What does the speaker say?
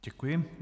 Děkuji.